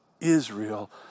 Israel